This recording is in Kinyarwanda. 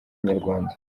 w’umunyarwanda